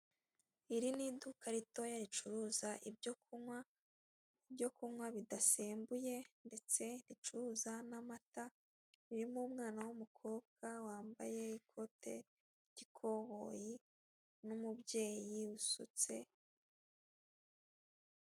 Iri ni iduka ritoya ricuruza ibyo kunywa, ibyo kunywa bidasembuye ndetse ricuruza n'amata, ririmo umwana w'umukobwa wambaye ikote ry'ikoboyi n'umubyeye usutse.